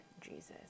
Jesus